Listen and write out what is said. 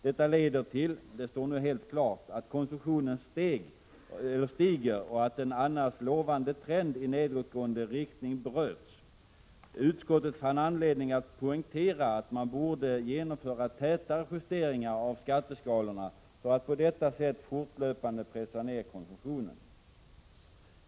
Detta ledde till — det står nu helt klart — att konsumtionen steg och att en annars lovande trend i nedåtgående riktning bröts. Utskottet fann anledning att poängtera att man borde genomföra tätare justeringar av skatteskalorna för att på detta sätt fortlöpande pressa ned konsumtionen.